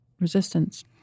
resistance